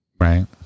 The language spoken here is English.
right